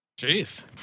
Jeez